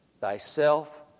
thyself